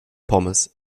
pommes